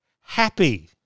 happy